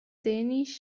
dänisch